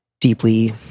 deeply